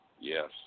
Yes